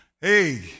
hey